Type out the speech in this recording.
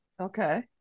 Okay